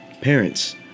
parents